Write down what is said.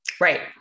right